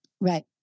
Right